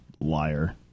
liar